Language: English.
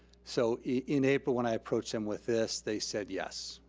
so in april when i approached them with this, they said yes.